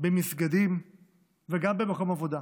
במסגדים וגם במקום עבודה.